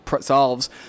solves